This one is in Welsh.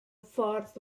ffordd